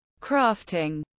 crafting